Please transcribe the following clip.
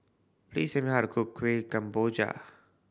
please tell me how to cook Kuih Kemboja